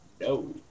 No